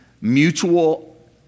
mutual